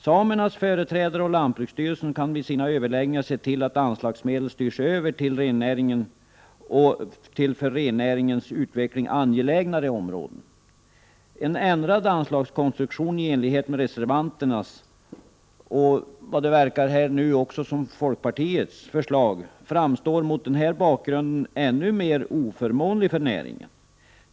Samernas företrädare och lantbruksstyrelsen kan vid sina överläggningar se till att anslagsmedlen styrs över till för rennäringens utveckling angelägnare områden. En ändrad anslagskonstruktion i enlighet med reservanternas — och efter vad det nu verkar också folkpartiets — förslag framstår mot den bakgrunden som ännu mer oförmånlig för näringen.